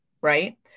right